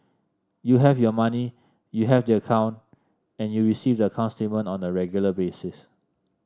you have your money you have the account and you receive the account statement on a regular basis